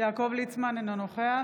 יעקב ליצמן, אינו נוכח